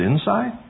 inside